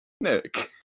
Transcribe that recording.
Nick